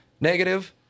negative